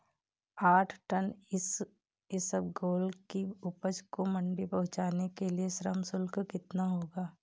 आठ टन इसबगोल की उपज को मंडी पहुंचाने के लिए श्रम शुल्क कितना होगा?